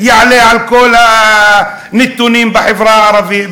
יעלה על כל הנתונים בחברה הערבית,